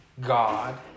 God